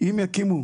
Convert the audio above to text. אם יקימו